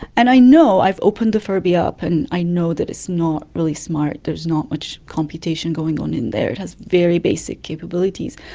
and i know, i've opened the furby up and i know that it's not really smart, there's not much computation going on in there, it has very basic capabilities,